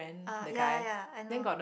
uh ya ya ya I know